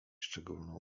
szczególną